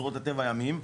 אוצרות הטבע הימיים,